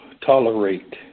tolerate